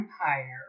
Empire